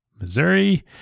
Missouri